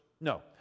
No